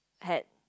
had